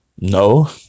No